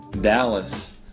dallas